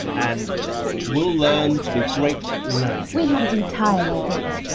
and we'll learn to be great at learning. we haven't entirely thought this through.